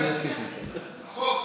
החוק.